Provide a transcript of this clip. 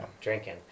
drinking